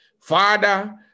Father